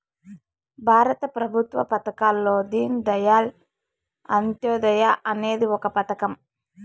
భారత ప్రభుత్వ పథకాల్లో దీన్ దయాళ్ అంత్యోదయ అనేది ఒక పథకం